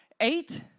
eight